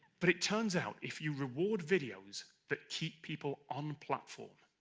but it turns out if you reward videos that keep people on platform,